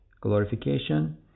glorification